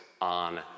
on